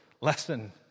lesson